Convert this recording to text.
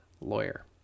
Lawyer